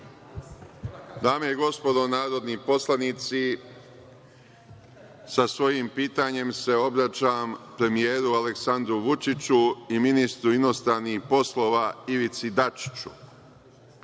Dame i gospodo narodni poslanici, sa svojim pitanjem se obraćam premijeru Aleksandru Vučiću i ministru inostranih poslova Ivici Dačiću.